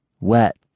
Wet